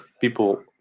people